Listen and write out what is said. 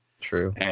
True